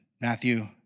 Matthew